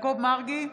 יעקב מרגי,